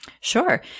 Sure